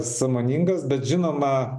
sąmoningas bet žinoma